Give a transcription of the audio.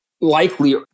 likely